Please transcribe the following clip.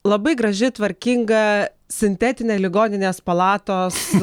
labai graži tvarkinga sintetinė ligoninės palatos